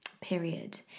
period